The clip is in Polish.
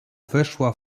weszła